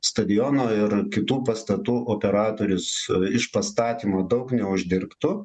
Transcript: stadiono ir kitų pastatų operatorius iš pastatymų daug neuždirbtų